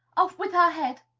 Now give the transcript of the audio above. off with her head!